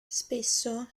spesso